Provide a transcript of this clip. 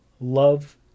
love